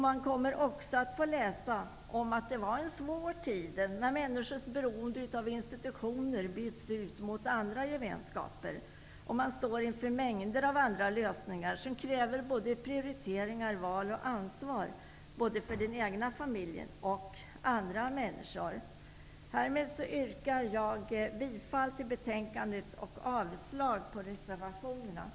Man kommer också att få läsa om att det var en svår tid när människors beroende av institutioner byttes ut mot andra gemenskaper och man stod inför mängder av andra lösningar som krävde prioriteringar, val och ansvar både för den egna familjen och för andra människor. Härmed yrkar jag bifall till hemställan i betänkandet och avslag på reservationerna.